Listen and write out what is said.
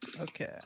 Okay